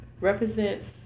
represents